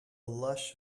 lush